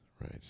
right